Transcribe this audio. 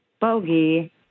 Bogey